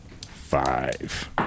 five